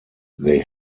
they